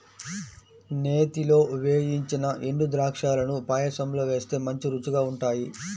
నేతిలో వేయించిన ఎండుద్రాక్షాలను పాయసంలో వేస్తే మంచి రుచిగా ఉంటాయి